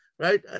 Right